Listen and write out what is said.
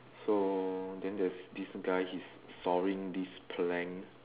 so then there's this guy he's sawing this plank